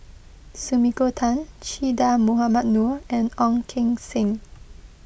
Sumiko Tan Che Dah Mohamed Noor and Ong Keng Sen